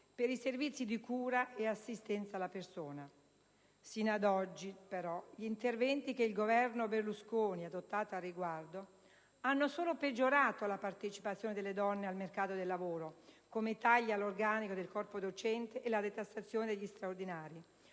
per i servizi di cura e assistenza alla persona». Sino ad oggi, però, gli interventi che il Governo Berlusconi ha adottato al riguardo hanno solo peggiorato la partecipazione delle donne al mercato del lavoro, come i tagli all'organico del corpo docente e la detassazione degli straordinari.